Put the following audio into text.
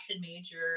major